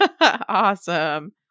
Awesome